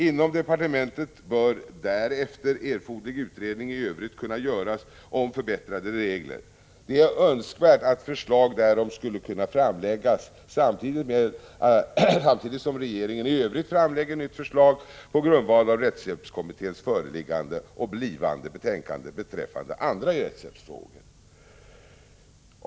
Inom departementet bör därefter erforderlig utredning i övrigt kunna göras om förbättrade regler. Det är önskvärt att förslag härom kan framläggas samtidigt som regeringen i övrigt framlägger nytt förslag på grundval av rättshjälpskommitténs föreliggande och kommande betänkande beträffande andra rättshjälpsfrågor.